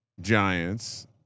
Giants